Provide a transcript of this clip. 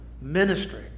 ministry